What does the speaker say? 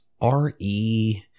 R-E